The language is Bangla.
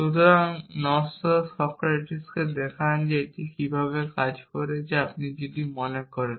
সুতরাং নশ্বর সক্রেটিসকে দেখান যে এটি কীভাবে কাজ করে যদি আপনি মনে করেন